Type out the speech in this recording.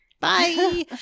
Bye